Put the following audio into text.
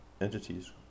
entities